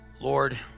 Lord